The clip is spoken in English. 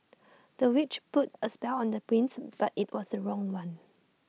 the witch put A spell on the prince but IT was the wrong one